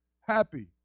Happy